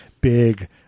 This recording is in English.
big